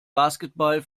basketball